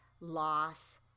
loss